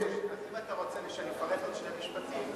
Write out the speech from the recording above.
אם אתה רוצה שאני אפרט עוד שני משפטים,